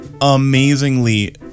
amazingly